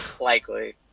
likely